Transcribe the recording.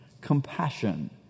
Compassion